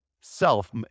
self